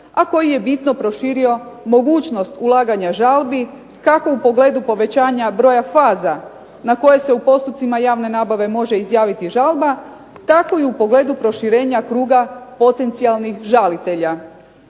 a koji je bitno proširio mogućnost ulaganja žalbi kako u pogledu povećanja broja faza na koje se u postupcima javne nabave može izjaviti žalba, tako i u pogledu proširenja kruga potencijalnih žalitelja.